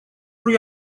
روی